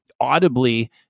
audibly